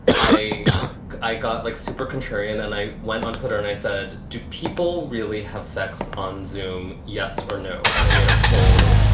i i got like super contrarian. and i went on twitter and i said, do people really have sex on xoom? yes or no? and they made a poll.